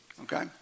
Okay